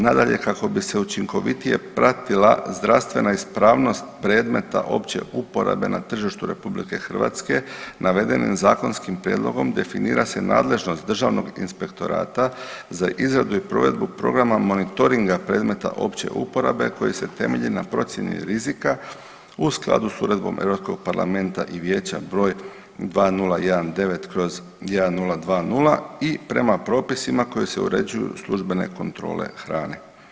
Nadalje, kako bi se učinkovitije pratila zdravstvena ispravnost predmeta opće uporabe na tržištu RH navedenim zakonskim prijedlogom definira se nadležnost državnog inspektorata za izradu i provedbu programa monitoringa predmeta opće uporabe koji se temelji na procjeni rizika u skladu s Uredbom Europskog parlamenta i vijeća br. 2019/1020 i prema propisima kojima se uređuju službene kontrole hrane.